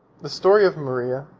the story of maria,